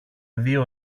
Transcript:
δύο